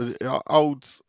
old